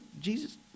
Jesus